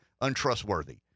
untrustworthy